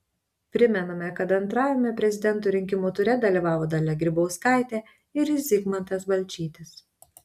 primename kad antrajame prezidento rinkimų ture dalyvavo dalia grybauskaitė ir zygmantas balčytis